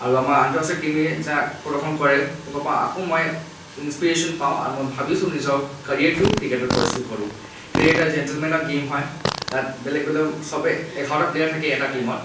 আৰু আমাৰ আন্তঃৰাষ্ট্ৰীয় টিমে যাক প্ৰদৰ্শন কৰে তেওঁলোকৰ পৰা আকৌ মই ইনস্পিৰেশ্যন পাওঁ আৰু মই ভাবিছোঁ নিজৰ কেৰিয়াৰটো ক্ৰিকেটত প্ৰস্তুতি কৰোঁ ক্ৰিকেট এটা জেণ্টোলমেনৰ গেইম হয় তাত বেলেগ বেলেগ চবেই এঘাৰটা প্লেয়াৰ থাকে এটা টিমত